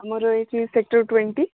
ଆମର ଏଠି sector twenty